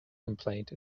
complaint